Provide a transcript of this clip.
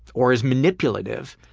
or is manipulative.